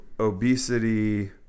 Obesity